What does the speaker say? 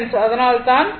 அதனால் தான் ஆகும்